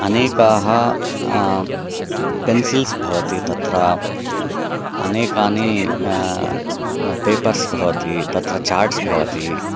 अनेकाः पेन्सिल्स् भवति तत्र अनेकानि पेपर्स् भवति तत्र चार्ट्स् भवति